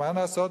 מה לעשות?